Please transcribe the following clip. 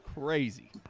crazy